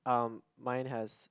um mine has